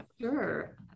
sure